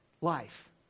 life